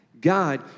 God